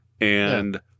and-